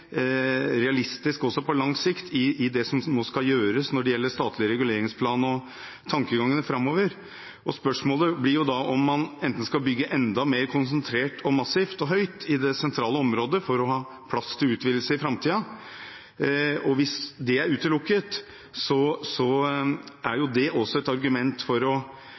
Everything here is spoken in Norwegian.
realistisk også på lang sikt i det som nå skal gjøres når det gjelder statlig reguleringsplan og tankegangene framover. Spørsmålet blir da om man skal bygge enda mer konsentrert og massivt og høyt i det sentrale området for å ha plass til utvidelse i framtiden. Hvis det er utelukket, er det også et argument for å